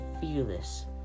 fearless